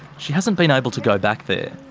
she hasn't been able to go back there.